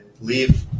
leave